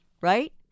Right